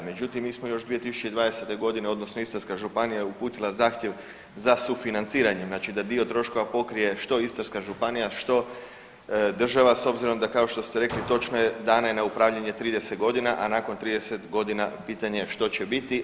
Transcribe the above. Međutim, mi smo još 2020.g. odnosno Istarska županija je uputila zahtjev za sufinanciranjem znači da dio troškova pokrije što Istarska županija, što država s obzirom da kao što ste rekli točno je dana na upravljanje 30 godina, a nakon 30 godina što će biti.